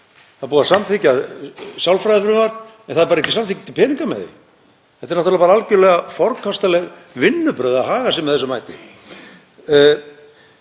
Það er búið að samþykkja sálfræðifrumvarp en það eru bara ekki samþykktir peningar með því. Þetta eru náttúrlega algjörlega forkastanleg vinnubrögð að haga sér með þessum hætti.